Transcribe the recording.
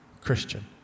Christian